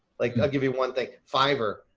like, i'll give you one thing. fiverr.